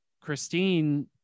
christine